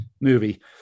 movie